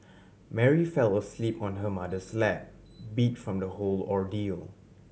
Mary fell asleep on her mother's lap beat from the whole ordeal